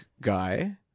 guy